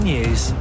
News